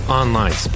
online